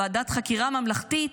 ועדת חקירה ממלכתית,